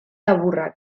laburrak